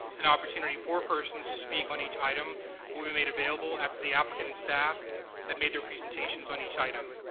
an opportunity for persons to speak on each item will be made available after the applicant and staff have made their presentations on each item.